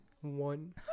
One